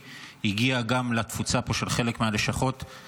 הגיע גם לקבוצה של חלק מהלשכות פה.